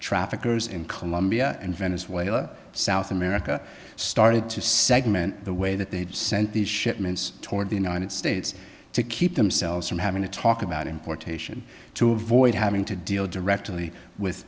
traffickers in colombia and venezuela south america started to segment the way that they sent these shipments toward the united states to keep themselves from having to talk about importation to avoid having to deal directly with